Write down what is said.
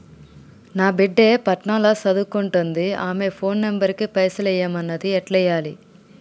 నా బిడ్డే పట్నం ల సదువుకుంటుంది ఆమె ఫోన్ నంబర్ కి పైసల్ ఎయ్యమన్నది ఎట్ల ఎయ్యాలి?